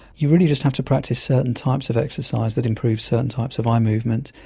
you really just have to practice certain types of exercise that improves certain types of eye movement.